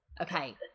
okay